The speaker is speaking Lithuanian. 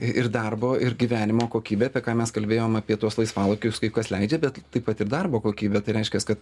ir darbo ir gyvenimo kokybė apie ką mes kalbėjom apie tuos laisvalaikius kaip kas leidžia bet taip pat ir darbo kokybė tai reiškias kad